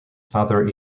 father